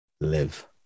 live